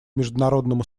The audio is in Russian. международному